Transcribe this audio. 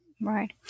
Right